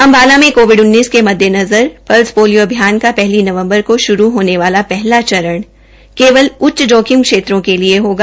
अम्बाला में कोविड के मददेनज़र पल्स पोलियो अभियान का पहल नवम्बर को शुरू होने वाला पहना चरण केवल उच्च जोखिम क्षेत्रों के लिए होगा